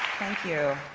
thank you.